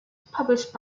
published